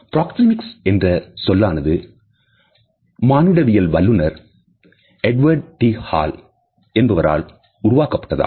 proxemics என்ற சொல்லானது மானுடவியல் வல்லுநர் எட்வர்டு டி ஹால் என்பவரால் உருவாக்கப்பட்டதாகும்